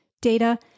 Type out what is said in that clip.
data